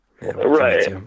Right